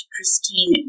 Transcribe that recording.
Christine